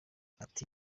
ati